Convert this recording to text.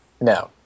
No